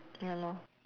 ya lor